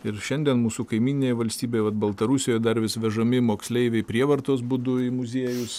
ir šiandien mūsų kaimyninėj valstybėj vat baltarusijoj dar vis vežami moksleiviai prievartos būdu į muziejus